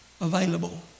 available